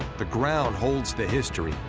the ground holds the history,